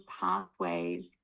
pathways